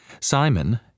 Simon